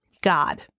God